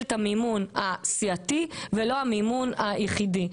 את המימון הסיעתי ולא המימון היחידי.